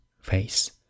face